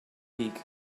beak